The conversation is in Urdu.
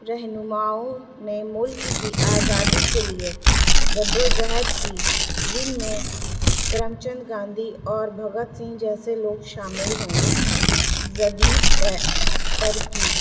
رہنماؤں نے ملک کی آزادی کے لیے زد و زہد کی جن میں کرم چند گاندھی اور بھگت سنگھ جیسے لوگ شامل ہیں زدید ت ترکی